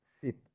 fit